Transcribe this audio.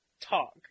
talk